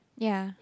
ya